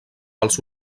pels